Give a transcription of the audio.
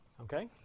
Okay